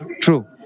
True